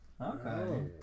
Okay